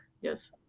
Yes